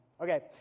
Okay